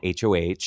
HOH